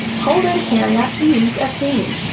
cold urticaria is a thing.